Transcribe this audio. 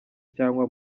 cyangwa